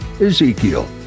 Ezekiel